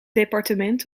departement